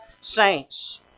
saints